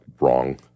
wrong